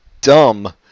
dumb